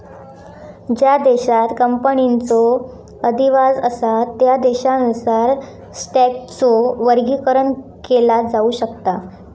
ज्या देशांत कंपनीचो अधिवास असा त्या देशानुसार स्टॉकचो वर्गीकरण केला जाऊ शकता